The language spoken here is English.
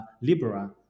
Libra